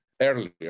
earlier